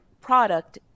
product